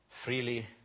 Freely